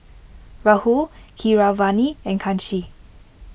Rahul Keeravani and Kanshi